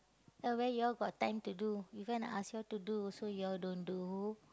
ah where you all got time to do even if ask you all to do also you all don't do